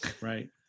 Right